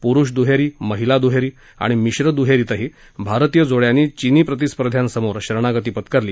पुरुष दुहेरी महिला दुहेरी आणि मिश्र दुहेरीतही भारतीय जोड्यांनी चिनी प्रतिस्पर्ध्यां समोर शरणागती पत्करली